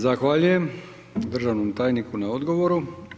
Zahvaljujem državnom tajniku na odgovoru.